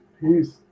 Peace